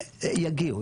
יגיעו,